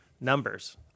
numbers